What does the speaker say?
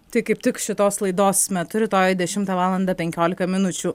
tai kaip tik šitos laidos metu rytoj dešimtą valandą penkiolika minučių